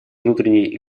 внутренней